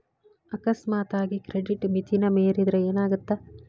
ಅಕಸ್ಮಾತಾಗಿ ಕ್ರೆಡಿಟ್ ಮಿತಿನ ಮೇರಿದ್ರ ಏನಾಗತ್ತ